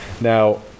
now